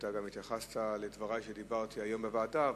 אתה גם התייחסת לדברי בוועדה היום.